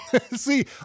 See